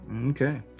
Okay